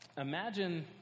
imagine